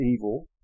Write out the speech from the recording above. evil